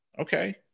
Okay